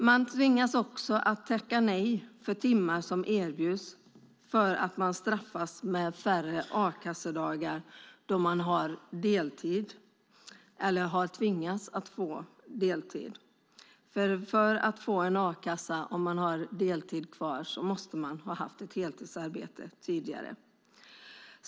Man tvingas också att tacka nej till timmar som erbjuds därför att man straffas med färre a-kassedagar då man har deltid eller har tvingats ta deltid. För att få a-kassa om man har deltid måste man ha haft ett heltidsarbete tidigare.